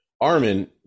Armin